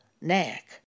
neck